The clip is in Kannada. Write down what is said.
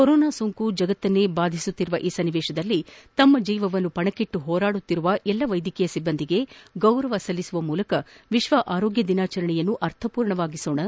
ಕೊರೊನಾ ಸೋಂಕು ಜಗತ್ತನ್ನೇ ಬಾಧಿಸುತ್ತಿರುವ ಈ ಸನ್ನಿವೇಶದಲ್ಲಿ ತಮ್ಮ ಜೀವವನ್ನೇ ಪಣಕಿಟ್ಟು ಹೋರಾಡುತ್ತಿರುವ ಎಲ್ಲಾ ವೈದ್ಯಕೀಯ ಸಿಬ್ಬಂದಿಗೆ ಗೌರವ ಸಲ್ಲಿಸುವ ಮೂಲಕ ವಿಶ್ವ ಆರೋಗ್ಯ ದಿನಾಚರಣೆಯನ್ನು ಅರ್ಥಮೂರ್ಣವಾಗಿಸೋಣ